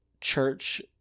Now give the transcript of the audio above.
church